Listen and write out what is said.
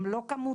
הן לא כמותיות.